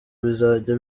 bizajya